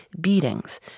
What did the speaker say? beatings